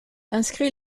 inscrit